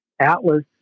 Atlas